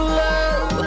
love